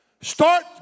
Start